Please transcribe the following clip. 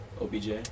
OBJ